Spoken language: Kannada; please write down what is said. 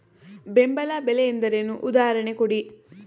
ಬೆಂಬಲ ಬೆಲೆ ಎಂದರೇನು, ಉದಾಹರಣೆ ಕೊಡಿ?